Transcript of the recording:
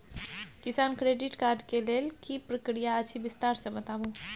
किसान credit card के लेल की प्रक्रिया अछि विस्तार से बताबू?